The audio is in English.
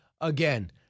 again